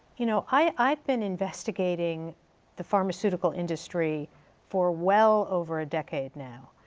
you know i've been investigating the pharmaceutical industry for well over a decade now.